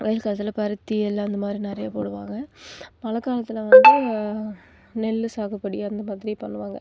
வெயில் காலத்தில் பருத்தி எல்லாம் அந்த மாதிரி நிறையா போடுவாங்க மழை காலத்தில் வந்து நெல் சாகுபடி அந்த மாதிரி பண்ணுவாங்க